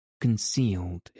concealed